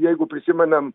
jeigu prisimenam